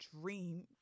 dream